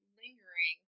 lingering